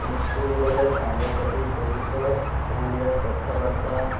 school ଗଲେ ସାଙ୍ଗସାଥି ସହିତ ଓଡ଼ିଆ କଥାବାର୍ତ୍ତା